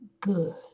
good